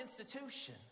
institution